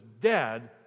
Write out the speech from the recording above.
dead